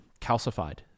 calcified